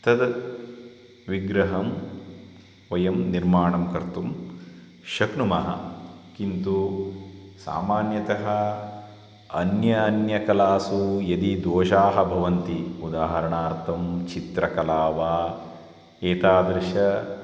तत् विग्रहं वयं निर्माणं कर्तुं शक्नुमः किन्तु सामान्यतः अन्य अन्यकलासु यदि दोषाः भवन्ति उदाहरणार्थं चित्रकला वा एतादृश